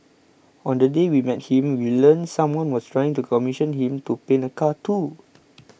on the day we met him we learnt someone was trying to commission him to paint a car too